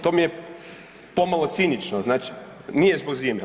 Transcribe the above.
To mi je pomalo cinično. … [[Upadica iz klupe se ne čuje]] Znači, nije zbog zime?